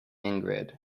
ingrid